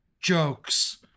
Jokes